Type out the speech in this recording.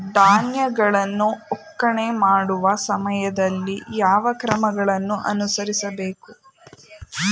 ಧಾನ್ಯಗಳನ್ನು ಒಕ್ಕಣೆ ಮಾಡುವ ಸಮಯದಲ್ಲಿ ಯಾವ ಕ್ರಮಗಳನ್ನು ಅನುಸರಿಸಬೇಕು?